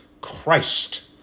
Christ